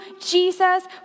Jesus